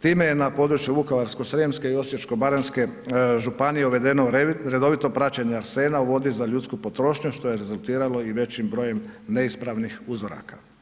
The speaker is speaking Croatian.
time je na području Vukovarsko-srijemske i Osječko-baranjske županije uvedeno redovito praćenje arsena u vodi za ljudsku potrošnju što je rezultiralo i većim brojem neispravnih uzoraka.